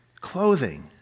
clothing